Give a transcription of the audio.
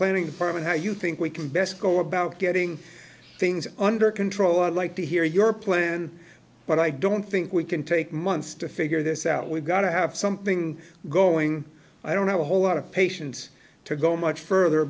planning department how you think we can best go about getting things under control i'd like to hear your plan but i don't think we can take months to figure this out we've got to have something going i don't have a whole lot of patience to go much further